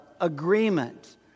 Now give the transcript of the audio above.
agreement